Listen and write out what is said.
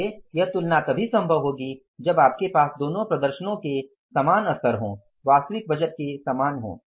इसलिए यह तुलना तभी संभव होगी जब आपके पास दोनों प्रदर्शनों के समान स्तर हों वास्तविक बजट के समान हों